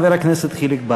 חבר הכנסת חיליק בר.